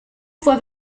fue